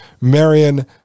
Marion